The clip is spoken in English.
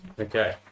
Okay